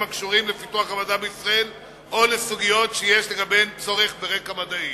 הקשורים לפיתוח המדע בישראל או בסוגיות שיש לגביהן צורך ברקע מדעי.